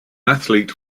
athlete